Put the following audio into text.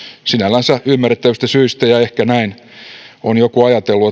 sinällänsä ymmärrettävistä syistä ja ehkä joku on ajatellut